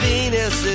Venus